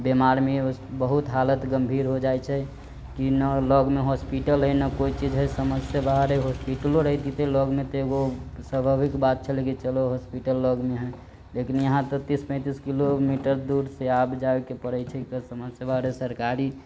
बेमार मे बहुत हालत गम्भीर हो जाइ छै की न लऽग मे हॉस्पिटल है न कोइ चीज है समझ से बाहर है हॉस्पिटलो रहितै त लऽग मे त एगो स्वाभाविक बात छलै की चलो हॉस्पिटल लऽग मे है लेकिन यहाँ त तीस पैतीस किलोमीटर दूर से आब जाइ के परै छै क समझ से बाहर है सरकारी